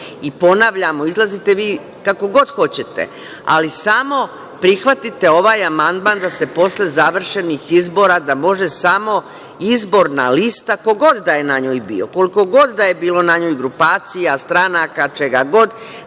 Ponavljamo, izlazite vi kako god hoćete, ali samo prihvatite ovaj amandman da posle završenih izbora može samo izborna lista, ko god da je na njoj bio, koliko god da je na njoj bilo grupacija, stranaka, čega god,